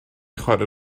chwarae